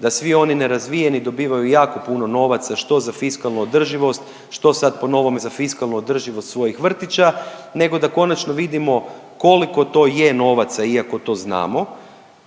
da svi oni nerazvijeni dobivaju jako puno novaca što za fiskalnu održivost, što sad po novome za fiskalnu održivost svojih vrtića nego da konačno vidimo koliko to je novaca iako to znamo